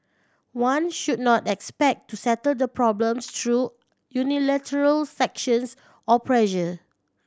one should not expect to settle the problems through unilateral sanctions or pressure